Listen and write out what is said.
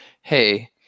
Hey